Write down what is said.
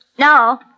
No